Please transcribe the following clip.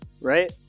right